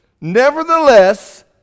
Nevertheless